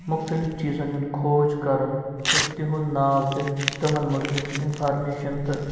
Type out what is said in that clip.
مُختٔلِف چیٖز ہُند کھوج کَرُن تہٕ تِہُند ناو تہِ تِمَن مُتعلِق اِنفارمٮ۪شَن تہٕ